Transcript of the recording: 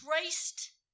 traced